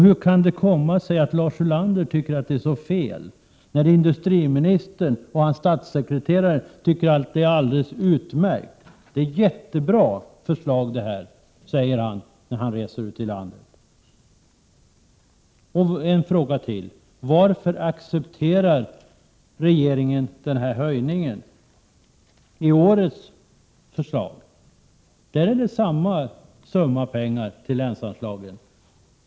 Hur kan det komma sig att Lars Ulander tycker det är så fel, när industriminister och statssekreterare tycker det är alldeles utmärkt. Det är ett jättebra förslag, säger industriministern när han reser omkring i landet. En fråga till: Varför accepterar regeringen denna höjning i årets förslag? Där finns samma summa pengar till länsanslagen som i fjol.